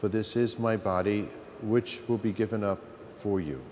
for this is my body which will be given up for you